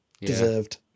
deserved